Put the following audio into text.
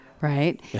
right